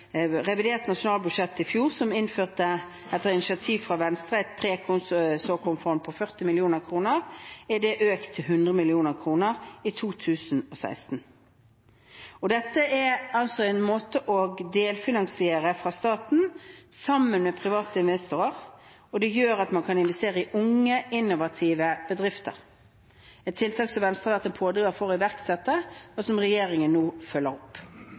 initiativ fra Venstre, et pre-såkornfond på 40 mill. kr. Det er økt til 100 mill. kr i 2016. Dette delfinansierer staten sammen med private investorer. Det gjør at man kan investere i unge, innovative bedrifter – et tiltak som Venstre har vært en pådriver for å iverksette, og som regjeringen nå følger opp.